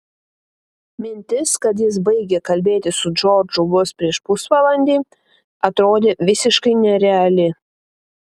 mintis kad jis baigė kalbėti su džordžu vos prieš pusvalandį atrodė visiškai nereali